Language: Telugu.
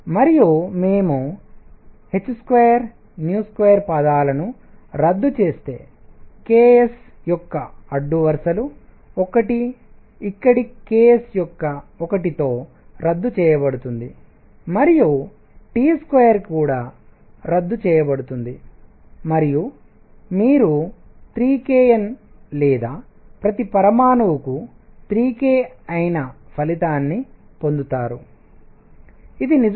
మరియు మేము h22 పదాలను రద్దు చేస్తే ks యొక్క అడ్డు వరుసలు 1 ఇక్కడి ks యొక్క 1 తో రద్దు చేయబడుతుంది మరియు T2 కూడా రద్దు చేయబడుతుంది మరియు మీరు 3kN లేదా ప్రతి పరమాణువుకు 3 k అయిన ఫలితాన్ని పొందుతారు ఇది నిజంగా 3 R